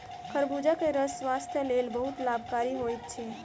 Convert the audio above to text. खरबूजा के रस स्वास्थक लेल बहुत लाभकारी होइत अछि